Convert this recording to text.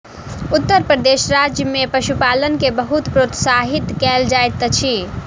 उत्तर प्रदेश राज्य में पशुपालन के बहुत प्रोत्साहित कयल जाइत अछि